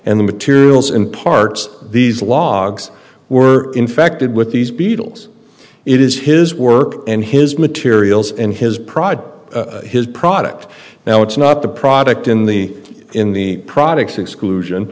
and the materials in parts these logs were infected with these beetles it is his work and his materials and his pride his product now it's not the product in the in the products exclusion